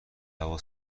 هوا